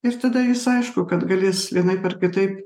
ir tada jis aišku kad galės vienaip ar kitaip